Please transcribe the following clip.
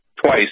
twice